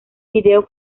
video